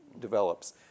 develops